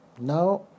Now